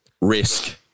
risk